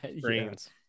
brains